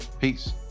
Peace